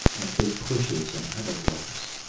and big pushes and hammer blows.